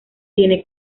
tiene